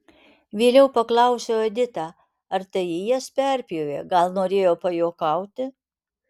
vėliau paklausiau editą ar tai ji jas perpjovė gal norėjo pajuokauti